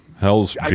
hell's